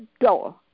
door